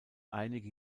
einige